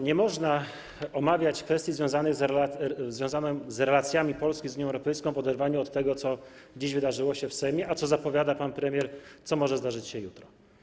Nie można omawiać kwestii związanych z relacjami Polski z Unią Europejską w oderwaniu od tego, co dziś wydarzyło się w Sejmie, co zapowiada pan premier, co może zdarzyć się jutro.